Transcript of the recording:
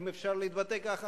אם אפשר להתבטא כך,